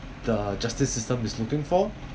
the justice system is looking for